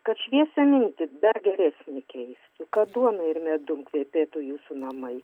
kad šviesią mintį dar geresnė keistų kad duona ir medumi kvepėtų jūsų namai